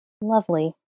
Lovely